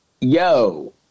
yo